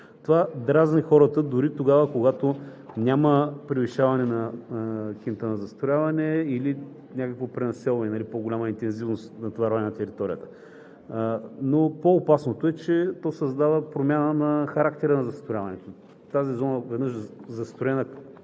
Това дразни хората дори тогава, когато няма превишаване на Кинт-а на застрояване или някакво пренаселване – по-голяма интензивност на натоварване на територията, но по-опасното е, че то създава промяна на характера на застрояването. Тази зона, отведнъж застроена